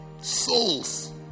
souls